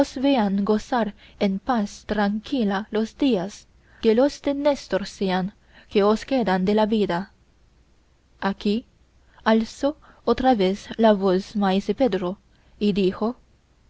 gozar en paz tranquila los días que los de néstor sean que os quedan de la vida aquí alzó otra vez la voz maese pedro y dijo